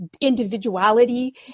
individuality